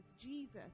Jesus